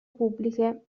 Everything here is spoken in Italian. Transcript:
pubbliche